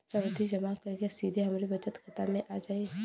सावधि जमा क पैसा सीधे हमरे बचत खाता मे आ जाई?